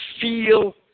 feel